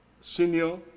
senior